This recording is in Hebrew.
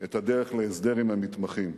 את הדרך להסדר עם המתמחים.